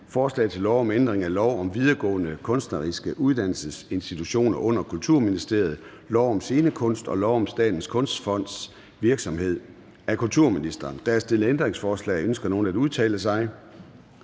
Forslag til lov om ændring af lov om videregående kunstneriske uddannelsesinstitutioner under Kulturministeriet, lov om scenekunst og lov om Statens Kunstfonds virksomhed. (Ny styringsform på institutionerne, udpegning til Det Kongelige